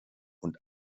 und